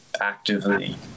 actively